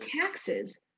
taxes